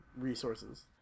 resources